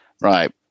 Right